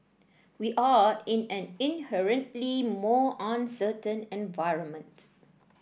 we are in an inherently more uncertain environment